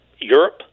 Europe